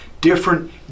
different